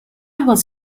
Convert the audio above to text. was